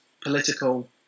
political